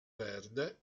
verde